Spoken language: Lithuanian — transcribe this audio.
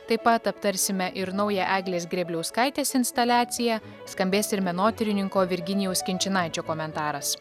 taip pat aptarsime ir naują eglės grėbliauskaitės instaliaciją skambės ir menotyrininko virginijaus kinčinaičio komentaras